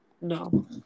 No